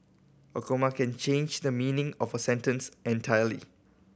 a comma can change the meaning of a sentence entirely